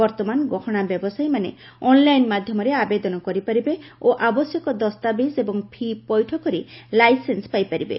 ବର୍ତ୍ତମାନ ଗହଣା ବ୍ୟବସାୟୀମାନେ ଅନ୍ଲାଇନ ମାଧ୍ୟମରେ ଆବେଦନ କରିପାରିବେ ଓ ଆବଶ୍ୟକ ଦସ୍ତାବିଜ ଏବଂ ଫି' ପଇଠ କରି ଲାଇସେନ୍ନ ପାଇପାରିବେ